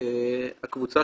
לפקח.